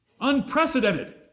Unprecedented